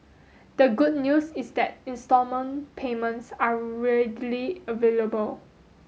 the good news is that instalment payments are readily available